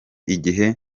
igihe